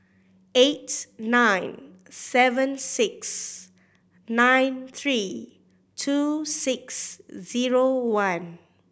eight nine seven six nine three two six zero one